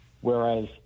whereas